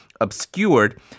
obscured